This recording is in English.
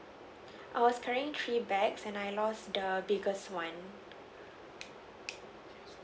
I was carrying three bags and I lost the biggest one